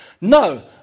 No